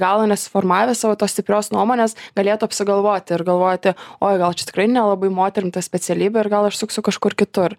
galo nesuformavęs savo tos stiprios nuomonės galėtų apsigalvoti ir galvoti oi gal čia tikrai nelabai moterim ta specialybė ir gal aš suksiu kažkur kitur